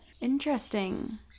Interesting